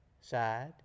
side